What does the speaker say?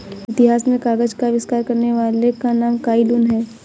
इतिहास में कागज का आविष्कार करने वाले का नाम काई लुन है